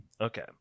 Okay